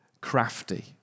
crafty